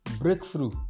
breakthrough